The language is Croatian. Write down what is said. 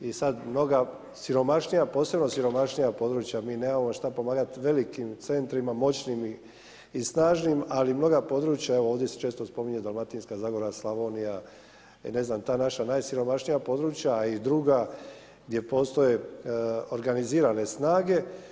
I sad mnoga, siromašnija, posebno siromašnija područja, mi nemamo šta pomagati velikim centrima, moćnim i snažnim ali mnoga područja, evo ovdje se često spominje Dalmatinska zagora, Slavonija i ne znam ta naša najsiromašnija područja i druga gdje postoje organizirane snage.